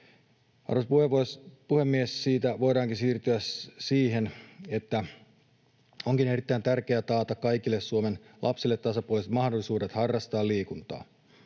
Arvoisa puhemies! Siitä voidaankin siirtyä siihen, että onkin erittäin tärkeää taata kaikille Suomen lapsille tasapuoliset mahdollisuudet harrastaa liikuntaa.